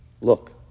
look